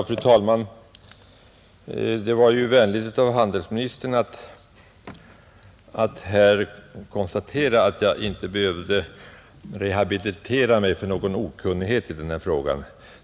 Fru talman! Det var ju vänligt av handelsministern att konstatera att jag inte behövde rehabilitera mig för någon okunnighet i den här frågan.